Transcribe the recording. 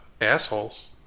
assholes